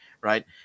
right